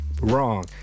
wrong